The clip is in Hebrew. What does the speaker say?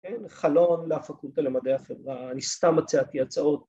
אין חלון לפקולטה למדעי החברה. ‫אני סתם מצאתי הצעות.